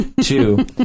two